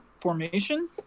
formation